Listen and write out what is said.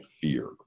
fear